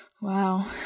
Wow